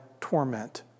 torment